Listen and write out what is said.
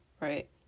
right